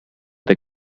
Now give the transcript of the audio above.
the